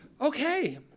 okay